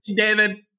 David